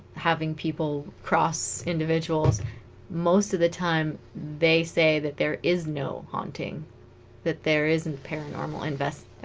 having people cross individuals most of the time they say that there is no haunting that there isn't paranormal investment